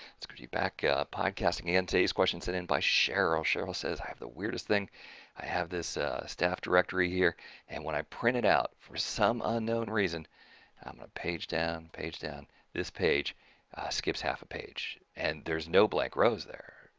it's good to be back podcasting and today's question sent in by cheryl. cheryl says i have the weirdest thing i have this staff directory here and when i print it out for some unknown reason i'm going to page down page down this page skips half a page and there's no blank rows there.